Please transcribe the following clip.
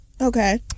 Okay